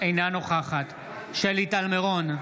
אינה נוכחת שלי טל מירון,